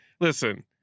Listen